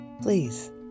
Please